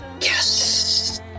Yes